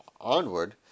Onward